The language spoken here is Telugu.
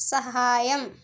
సహాయం